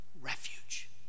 refuge